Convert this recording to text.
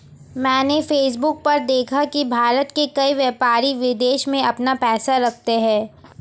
मैंने फेसबुक पर देखा की भारत के कई व्यापारी विदेश में अपना पैसा रखते हैं